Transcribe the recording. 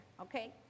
okay